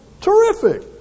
Terrific